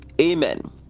amen